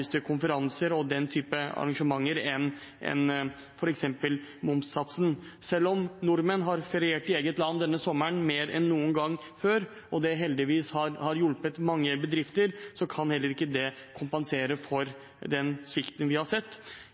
konferanser og den typen arrangementer enn f.eks. momssatsen. Selv om nordmenn mer enn noen gang før har feriert i eget land denne sommeren og det heldigvis har hjulpet mange bedrifter, kan heller ikke det kompensere for den svikten vi har sett.